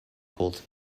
cult